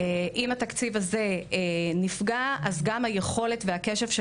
אם התקציב הזה נפגע אז גם היכולת והקשב של